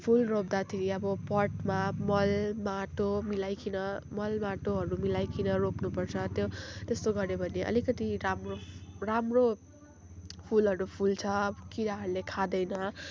फुल रोप्दाखेरि अब पटमा मल माटो मिलाइकन मल माटोहरू मिलाइकन रोप्नुपर्छ त्यो त्यस्तो गऱ्यो भने अलिकति राम्रो राम्रो फुलहरू फुल्छ किराहरूले खाँदैन